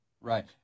Right